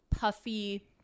puffy